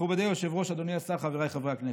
מכובדי היושב-ראש, אדוני השר, חבריי חברי הכנסת,